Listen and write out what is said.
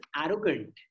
arrogant